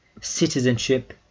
citizenship